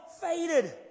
faded